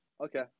Okay